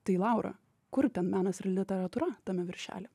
tai laura kur ten menas ir literatūra tame viršely